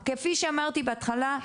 כפי שאמרתי בהתחלה,